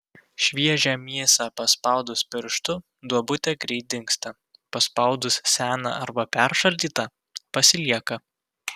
šviežią mėsą paspaudus pirštu duobutė greit dingsta paspaudus seną arba peršaldytą pasilieka